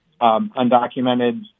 undocumented